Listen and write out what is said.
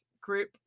group